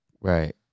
Right